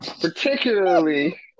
Particularly